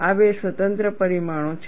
આ બે સ્વતંત્ર પરિમાણો છે